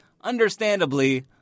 understandably